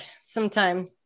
sometime